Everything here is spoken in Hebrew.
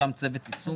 הוקם צוות יישום.